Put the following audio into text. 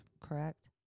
correct